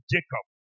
Jacob